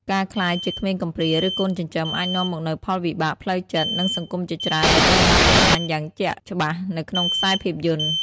ការក្លាយជាក្មេងកំព្រា ឬកូនចិញ្ចឹម អាចនាំមកនូវផលវិបាកផ្លូវចិត្ត និងសង្គមជាច្រើនដែលត្រូវបានបង្ហាញយ៉ាងជាក់ច្បាស់នៅក្នុងខ្សែភាពយន្ត។